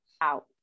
out